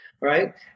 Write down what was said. right